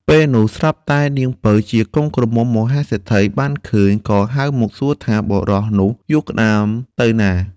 ពេលនោះស្រាប់តែនាងពៅជាកូនក្រមុំមហាសេដ្ឋីបានឃើញ ក៏ហៅមកសួរថា បុរសនោះយួរក្ដាមទៅណា។